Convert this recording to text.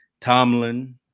Tomlin